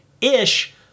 Ish